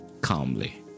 calmly